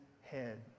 head